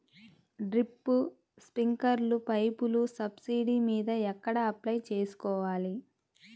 Drip, స్ప్రింకర్లు పైపులు subsidy మీద ఎక్కడ అప్లై చేసుకోవాలి?